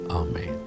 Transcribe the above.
amen